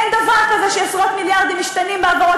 אין דבר כזה שעשרות מיליארדים משתנים בהעברות